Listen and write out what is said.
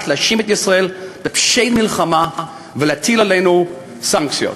להאשים את ישראל בפשעי מלחמה ולהטיל עלינו סנקציות.